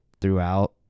throughout